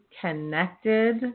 connected